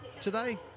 today